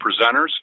presenters